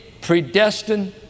predestined